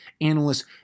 analysts